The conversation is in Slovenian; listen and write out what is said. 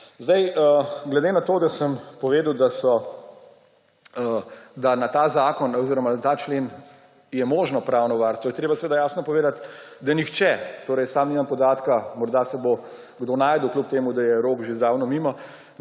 mesta. Glede na to, da sem povedal, da je na ta zakon oziroma na ta člen možno pravno varstvo, je treba jasno povedati, da nihče – torej, sam nimam podatka, morda se bo kdo našel – kljub temu da je rok že zdavnaj mimo,